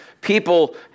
people